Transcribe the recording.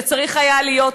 זה צריך היה להיות אחרת,